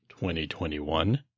2021